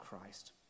Christ